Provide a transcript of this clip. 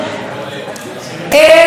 איזה היגיון?